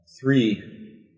three